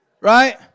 Right